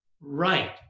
right